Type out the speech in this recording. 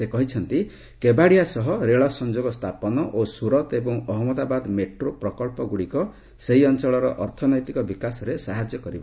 ସେ କହିଛନ୍ତି କେବାଡ଼ିଆ ସହ ରେଳ ସଂଯୋଗ ସ୍ଥାପନ ଓ ସୁରତ୍ ଏବଂ ଅହମ୍ମଦାବାଦ ମେଟ୍ରୋ ପ୍ରକଳ୍ପଗୁଡ଼ିକ ସେହି ଅଞ୍ଚଳର ଅର୍ଥନୈତିକ ବିକାଶରେ ସାହାଯ୍ୟ କରିବ